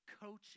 coaching